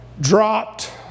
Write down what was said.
dropped